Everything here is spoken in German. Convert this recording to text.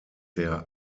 der